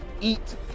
eat